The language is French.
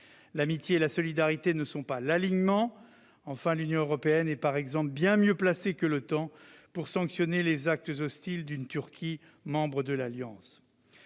l'amitié et la solidarité ne sont pas l'alignement. Enfin, l'Union européenne est, par exemple, bien mieux placée que l'OTAN pour sanctionner les actes hostiles d'une Turquie membre de l'Alliance.